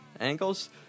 Angles